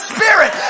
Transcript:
Spirit